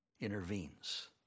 intervenes